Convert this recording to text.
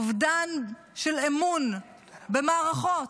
אובדן של אמון במערכות,